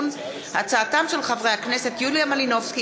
בהצעתם של חברי הכנסת יוליה מלינובסקי,